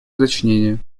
уточнения